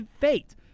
fate